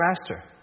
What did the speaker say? master